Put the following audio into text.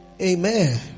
Amen